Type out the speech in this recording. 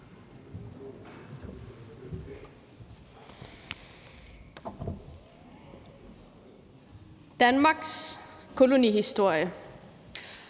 »Danmarks kolonihistorie